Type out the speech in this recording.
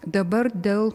dabar dėl